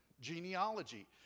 genealogy